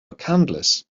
mccandless